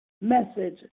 message